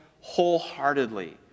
wholeheartedly